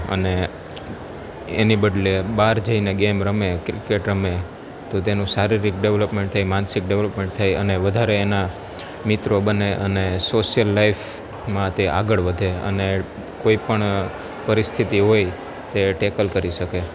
અને એની બદલે બાર જઈને ગેમ રમે ક્રિકેટ રમે તો તેનું શારીરીક ડેવલોપમેન્ટ થાય માનસિક ડેવલોપમેન્ટ થાય અને વધારે એના મિત્રો બને અને સોસિયલ લાઈફમાં તે આગળ વધે અને કોઈ પણ પરિસ્થિતિ હોય તે ટેકલ કરી શકે